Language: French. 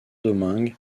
domingue